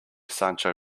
sancho